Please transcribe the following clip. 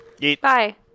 bye